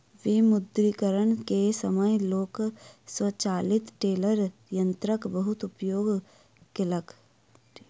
विमुद्रीकरण के समय लोक स्वचालित टेलर यंत्रक बहुत उपयोग केलक